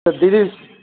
त दीदी